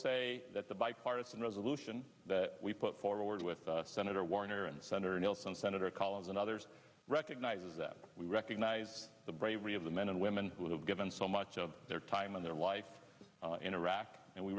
say that the bipartisan resolution that we put forward with senator warner and senator nelson senator collins and others recognizes that we recognize the bravery of the men and women who have given so much of their time and their life in iraq and we